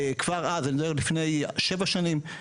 אני מדבר על לפני שבע שנים,